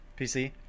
PC